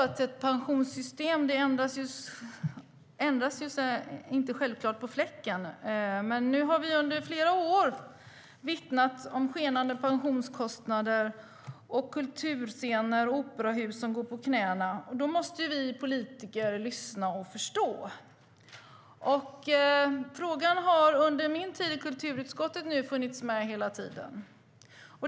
Ett pensionssystem ändras självklart inte på fläcken, men nu har man under flera år vittnat om skenande pensionskostnader och kulturscener och operahus som går på knäna, och då måste vi politiker lyssna och försöka förstå. Frågan har funnits med hela tiden under min tid i kulturutskottet.